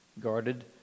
guarded